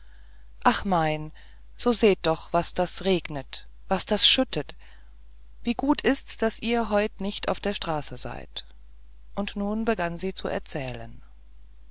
ach mein so seht doch was das regnet was das schüttet wie gut ist's daß ihr heut nicht auf der straße seid und nun begann sie zu erzählen